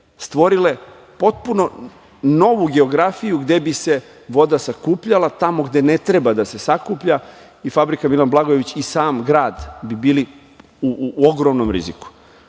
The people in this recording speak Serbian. stvorile potpuno novu geografiju gde bi se voda sakupljala tamo gde ne treba da se sakuplja, fabrika „Milan Blagojević“ i sam grad bi bili u ogromnom riziku. Ali,